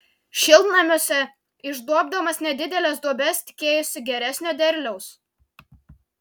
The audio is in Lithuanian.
šiltnamiuose išduobdamas nedideles duobes tikėjosi geresnio derliaus